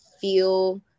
feel